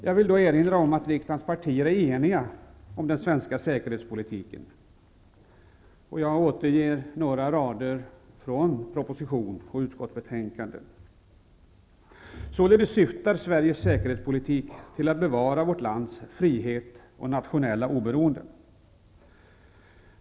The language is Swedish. Jag vill då erinra om att riksdagens partier är eniga om den svenska säkerhetspolitiken, och jag återger några rader från propositionen och utskottsbetänkandet. Således syftar Sveriges säkerhetspolitik till att bevara vårt lands frihet och nationella oberoende.